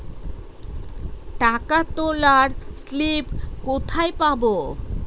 টাকা তোলার স্লিপ কোথায় পাব?